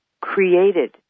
created